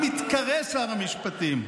המתקרא שר המשפטים,